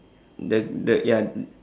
the the ya